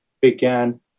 began